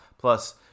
Plus